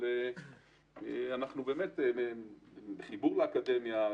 אנחנו עם חיבור לאקדמיה,